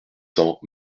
cents